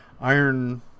iron